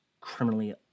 criminally